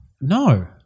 No